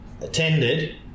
attended